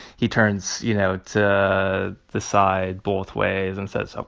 he turns, you know, to the side both ways and says, so